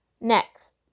Next